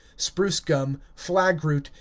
spruce gum, flag-root,